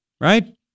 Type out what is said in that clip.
right